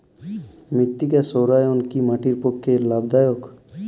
মৃত্তিকা সৌরায়ন কি মাটির পক্ষে লাভদায়ক?